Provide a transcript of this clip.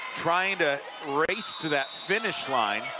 trying to race to that finish line